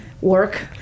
Work